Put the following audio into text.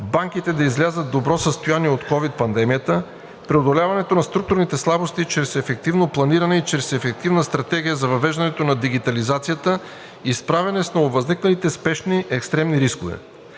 банките да излязат в добро състояние от ковид пандемията; преодоляването на структурните слабости чрез ефективно планиране и чрез ефективна стратегия за въвеждането на дигитализацията и справяне с нововъзникналите спешни екстремни рискове.